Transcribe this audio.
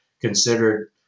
considered